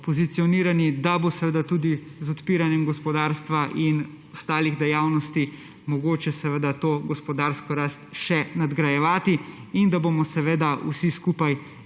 pozicionirani, da bo seveda tudi z odpiranjem gospodarstva in ostalih dejavnosti mogoče to gospodarsko rast še nadgrajevati in da bomo seveda vsi skupaj